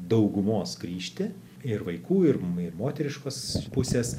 daugumos grįžti ir vaikų ir moteriškos pusės